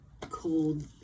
cold